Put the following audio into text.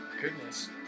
Goodness